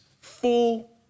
full